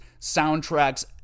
soundtracks